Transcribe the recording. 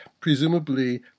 presumably